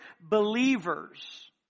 believers